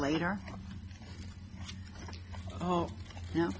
later oh yeah